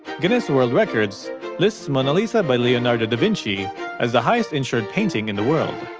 guinness world records lists mona lisa by leonardo da vinci as the highest-insured painting in the world.